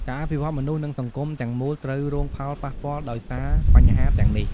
ការអភិវឌ្ឍមនុស្ស និងសង្គមទាំងមូលត្រូវរងផលប៉ះពាល់ដោយសារបញ្ហាទាំងនេះ។